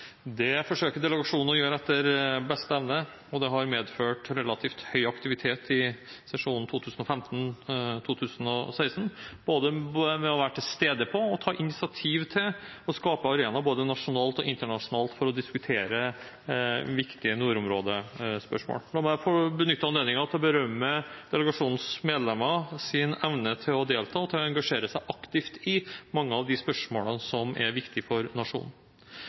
Det forsøker delegasjonen å gjøre etter beste evne, og det har medført relativt høy aktivitet i sesjonen 2015–2016, ved å være til stede på og ta initiativ til å skape arenaer både nasjonalt og internasjonalt for å diskutere viktige nordområdespørsmål. La meg få benytte anledningen til å berømme delegasjonens medlemmers evne til å delta og til å engasjere seg aktivt i mange av de spørsmålene som er viktige for nasjonen.